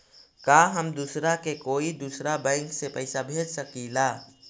का हम दूसरा के कोई दुसरा बैंक से पैसा भेज सकिला?